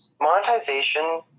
monetization